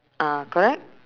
ah correct